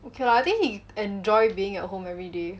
okay lah then he enjoy being at home every day